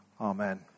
Amen